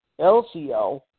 LCL